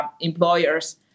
employers